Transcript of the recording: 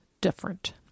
different